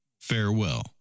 farewell